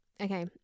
okay